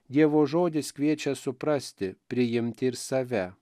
dievo žodis kviečia suprasti priimti ir save